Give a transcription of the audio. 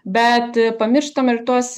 bet pamirštam ir tuos